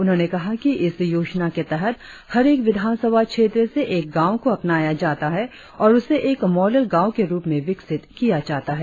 उन्होंने कहा कि इस योजना के तहत हर एक विधानसभा क्षेत्र से एक गांव को अपनाया जाता है और उसे एक मॉडल गांव के रुप में विकसित किया जाता है